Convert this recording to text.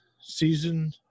season